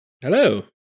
hello